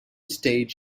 stage